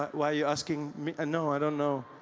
but why are you asking me? ah no i don't know